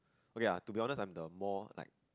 okay lah to be honest I am the more like